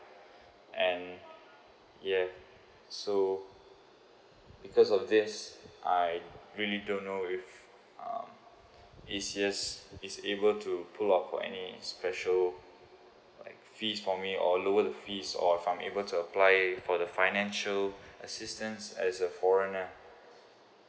and yeah so because of this I really don't know if um this year is able to put of uh any special like fees for me or lower the fees or from able to apply for the financial assistance as a foreigner